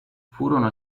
furono